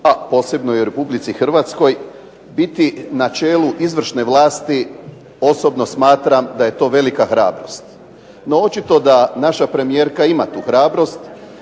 a posebno i u Republici Hrvatskoj biti na čelu izvršne vlasti osobno smatram da je to velika hrabrost, no očito da naša premijerka ima tu hrabrost,